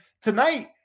tonight